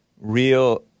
real